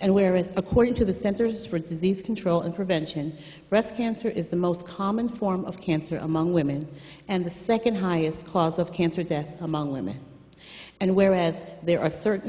and where as according to the centers for disease control and prevention breast cancer is the most common form of cancer among women and the second highest cause of cancer death among women and whereas there are certain